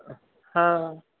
हा